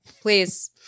please